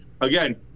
Again